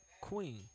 queen